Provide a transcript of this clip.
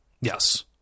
Yes